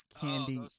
candy